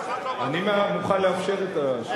אף אחד לא, אני מוכן לאפשר את השאלות.